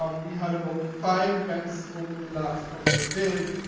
um we had about five events over the last couple of days.